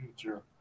future